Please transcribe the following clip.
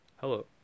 Hello